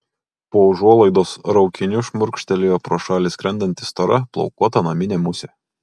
po užuolaidos raukiniu šmurkštelėjo pro šalį skrendanti stora plaukuota naminė musė